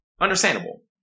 understandable